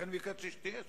לכן ביקשתי שתהיה שם.